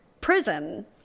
prison